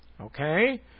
Okay